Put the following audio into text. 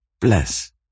Bless